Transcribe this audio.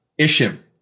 Ishim